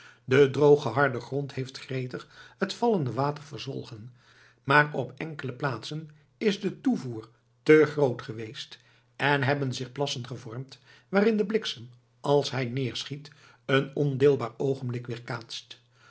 de droge harde grond heeft gretig het vallende water verzwolgen maar op enkele plaatsen is de toevoer te groot geweest en hebben zich plassen gevormd waarin de bliksem als hij neerschiet een ondeelbaar oogenblik weerkaatst